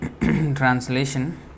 Translation